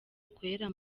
ikorera